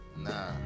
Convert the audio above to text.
Nah